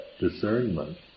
discernment